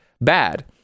bad